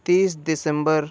तीस दिसंबर